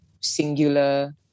singular